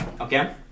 Okay